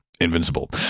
Invincible